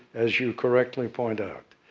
as you correctly point out.